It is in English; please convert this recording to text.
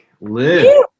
live